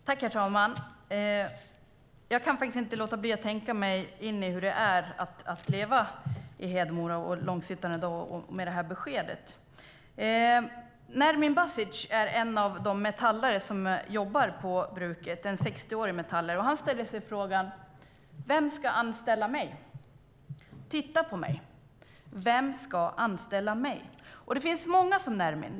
Herr talman! Jag kan inte låta bli att tänka mig in i hur det är att leva i Hedemora och Långshyttan i dag med detta besked. Nermin Basic är en av de metallare som jobbar på bruket, en 60-årig metallare, och han ställer sig frågan: Vem ska anställa mig? Titta på mig! Vem ska anställa mig? Det finns många som Nermin.